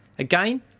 Again